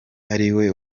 ariwe